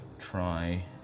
try